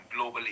globally